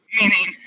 meaning